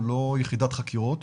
הוא לא יחידת חקירות,